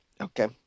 okay